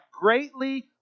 greatly